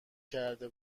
کرده